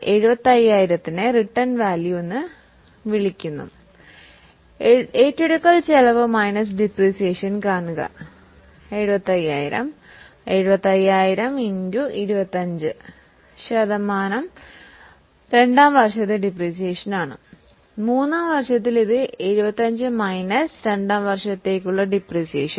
75000 written down value എന്ന് അറിയപ്പെടുന്നു 75000ൻറെ 25 ശതമാനം ആണ് രണ്ടാം വർഷ ഡിപ്രീസിയേഷൻ